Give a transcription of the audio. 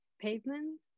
pavement